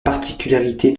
particularité